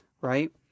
right